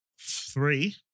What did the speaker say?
three